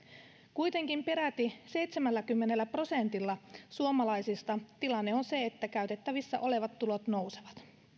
kuitenkin peräti seitsemälläkymmenellä prosentilla suomalaisista tilanne on se että käytettävissä olevat tulot nousevat